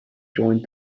joined